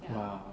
!wow!